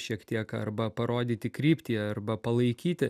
šiek tiek arba parodyti kryptį arba palaikyti